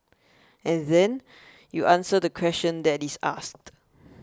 and then you answer the question that is asked